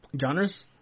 genres